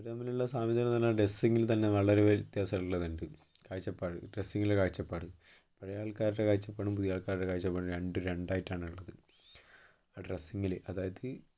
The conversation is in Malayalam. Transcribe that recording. അവര് തമ്മിലുള്ള സാമ്യതകൾന്ന് പറഞ്ഞാൽ ഡ്രസിങ്ങിൽ തന്നെ വളരെ വ്യത്യാസുള്ളതുണ്ട് കാഴ്ചപ്പാട് ഡ്രസിങ്ങിലെ കാഴ്ചപ്പാട് പഴയ ആൾക്കാരുടെ കാഴ്ചപ്പാടും പുതിയ ആൾക്കാരുടെ കാഴ്ചപ്പാടും രണ്ടും രണ്ടായിട്ടാണ് ഉള്ളത് ഡ്രസ്സിങ്ങില് അതായത്